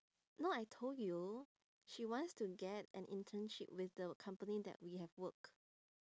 no I told you she wants to get an internship with the company that we have worked